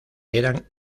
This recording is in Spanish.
eran